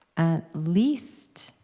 at least